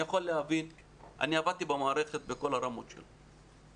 אני עבדתי במערכת בכל הרמות שלה.